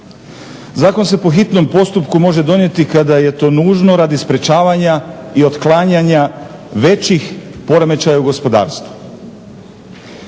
Zakon se po hitnom postupku može donijeti kada je to nužno radi sprječavanja i otklanjanja većih poremećaja u gospodarstvu,